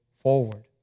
forward